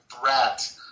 threat